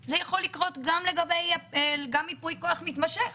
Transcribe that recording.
זה יכול לקרות גם בייפוי כוח מתמשך